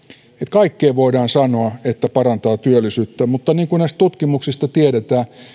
kaikkeen voidaan sanoa että parantaa työllisyyttä mutta niin kuin näistä tutkimuksista tiedetään ei